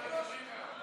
31,